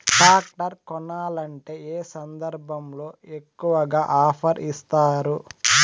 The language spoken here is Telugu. టాక్టర్ కొనాలంటే ఏ సందర్భంలో ఎక్కువగా ఆఫర్ ఇస్తారు?